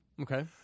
Okay